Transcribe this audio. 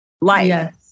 life